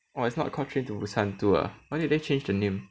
oh it's not called Train to Busan two ah why did they change the name